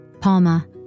Palma